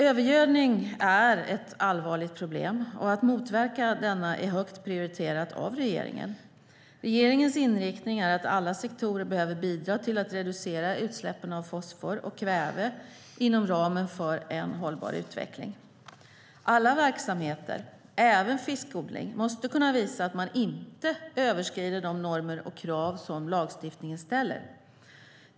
Övergödning är ett allvarligt problem, och att motverka denna är högt prioriterat av regeringen. Regeringens inriktning är att alla sektorer behöver bidra till att reducera utsläppen av fosfor och kväve inom ramen för en hållbar utveckling. Alla verksamheter, även fiskodling, måste kunna visa att man inte överskrider de normer och krav som lagstiftningen ställer.